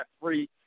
free